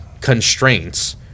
constraints